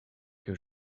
que